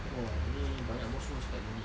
!wah! ni banyak boss semua cakap gini